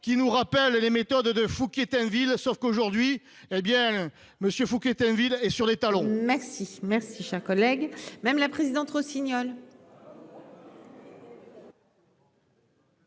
qui nous rappelle les méthodes de Fouquier-Tinville, sauf qu'aujourd'hui, hé bien Monsieur Fouquier-Tinville est sur les talons. Merci, merci, cher collègue, même la présidente Rossignol.